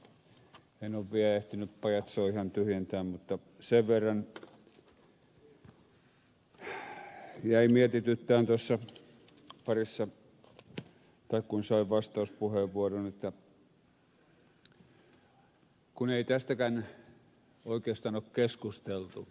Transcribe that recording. en ole vielä ehtinyt pajatsoa ihan tyhjentää mutta sen verran jäi mietityttämään kun sain vastauspuheenvuoron että kun ei tästäkään oikeastaan ole keskusteltu